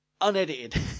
unedited